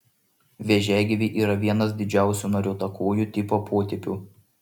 vėžiagyviai yra vienas didžiausių nariuotakojų tipo potipių